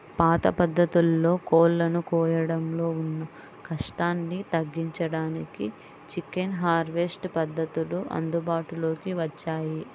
పాత పద్ధతుల్లో కోళ్ళను కోయడంలో ఉన్న కష్టాన్ని తగ్గించడానికే చికెన్ హార్వెస్ట్ పద్ధతులు అందుబాటులోకి వచ్చాయి